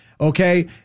okay